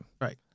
Right